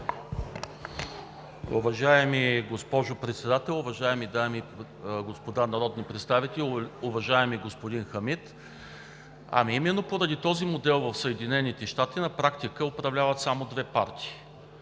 Уважаема госпожо Председател, уважаеми дами и господа народни представители, уважаеми господин Хамид! Ами, именно поради този модел в Съединените щати на практика управляват само две партии,